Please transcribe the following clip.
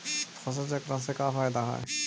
फसल चक्रण से का फ़ायदा हई?